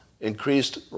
increased